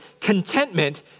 contentment